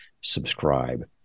subscribe